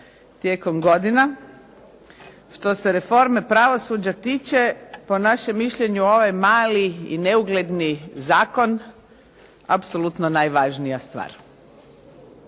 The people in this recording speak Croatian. tijekom godina, što se reforme pravosuđa tiče po našem mišljenju ovaj mali i neugledni zakon apsolutno najvažnija stvar.